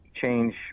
change